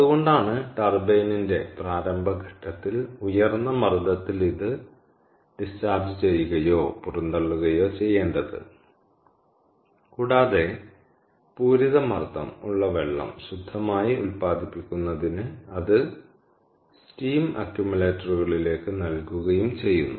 അതുകൊണ്ടാണ് ടർബൈനിന്റെ പ്രാരംഭ ഘട്ടത്തിൽ ഉയർന്ന മർദ്ദത്തിൽ ഇത് ഡിസ്ചാർജ് ചെയ്യുകയോ പുറന്തള്ളുകയോ ചെയ്യേണ്ടത് കൂടാതെ പൂരിത മർദ്ദം ഉള്ള വെള്ളം ശുദ്ധമായി ഉൽപ്പാദിപ്പിക്കുന്നതിന് അത് സ്ടീം അക്യുമുലേറ്ററുകളിലേക്ക് നൽകുകയും ചെയ്യുന്നു